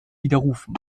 widerrufen